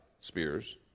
spears